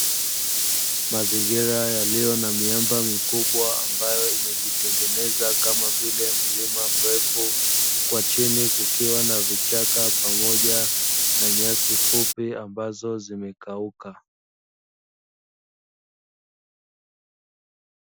Mazingira yaliyo na miamba mikubwa ambayo imejitengeneza kama vile mlima mrefu, kwa chini kukiwa na vichaka pamoja na nyasi fupi ambazo zimekauka.